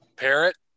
Parrot